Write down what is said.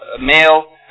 male